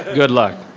good luck.